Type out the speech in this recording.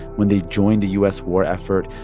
when they joined the u s. war effort,